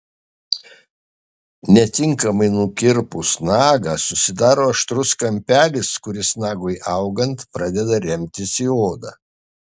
netinkamai nukirpus nagą susidaro aštrus kampelis kuris nagui augant pradeda remtis į odą